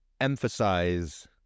emphasize